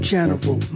General